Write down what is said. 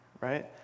right